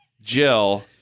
Jill